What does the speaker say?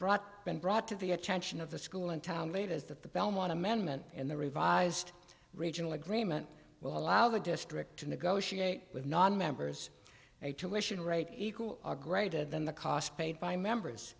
brought been brought to the attention of the school in town leaders that the belmont amendment in the revised regional agreement will allow the district to negotiate with nonmembers a tuition rate equal or greater than the cost paid by members